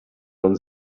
uns